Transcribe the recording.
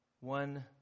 one